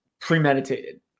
Premeditated